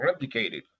replicated